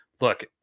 look